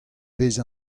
vez